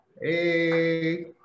Hey